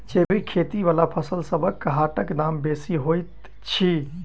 जैबिक खेती बला फसलसबक हाटक दाम बेसी होइत छी